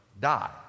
die